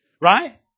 Right